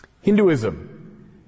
Hinduism